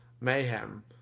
mayhem